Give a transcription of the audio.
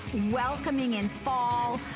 welcoming in fall,